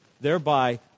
Thereby